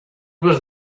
was